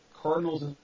Cardinals